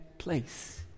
place